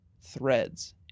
threads